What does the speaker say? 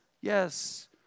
yes